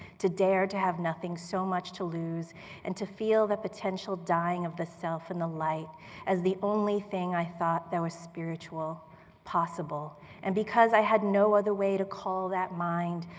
to dare to have nothing so much to lose and to feel that potential dying of the self in the light as the only thing i thought that was spiritual possible and because i had no other way to call that mind,